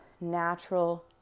natural